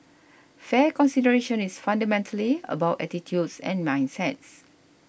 fair consideration is fundamentally about attitudes and mindsets